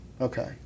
Okay